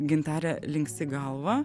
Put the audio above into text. gintarė linksi galva